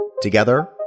Together